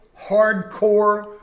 hardcore